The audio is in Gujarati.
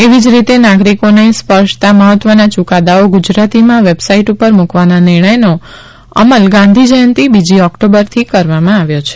એવી જ રીતે નાગરિકોને સ્પર્શતા મહત્વના ચૂકાદાઓ ગુજરાતીમાં વેબસાઇટ ઉપર મૂકવાના નિર્ણયનો અમલ ગાંધી જયંતિ બીજી ઓક્ટોબરથી કરવામાં આવ્યો છે